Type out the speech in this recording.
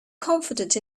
confident